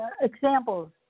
Examples